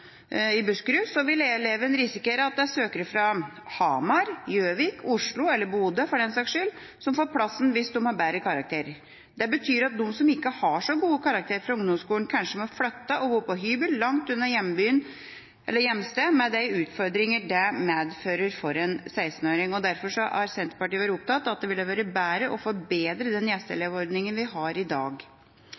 i Buskerud, vil risikere at det er søkere fra Hamar, Gjøvik, Oslo eller Bodø, for den saks skyld, som får plassen hvis de har bedre karakterer. Det betyr at de som ikke har så gode karakterer fra ungdomsskolen, kanskje må flytte og bo på hybel langt unna hjemstedet, med de utfordringer det medfører for en 16-åring. Derfor har Senterpartiet vært opptatt av at det ville vært bedre å forbedre den gjesteelevordningen vi har i dag.